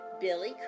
Billy